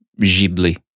Ghibli